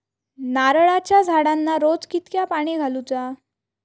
नारळाचा झाडांना रोज कितक्या पाणी घालुचा?